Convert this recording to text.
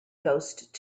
ghost